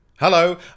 Hello